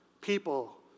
people